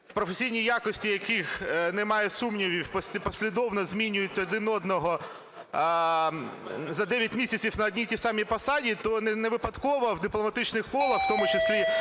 професійні якості яких не мають сумнівів, послідовно змінюють один одного за 9 місяців на одній і тій самій посаді, то невипадково в дипломатичних колах, в тому числі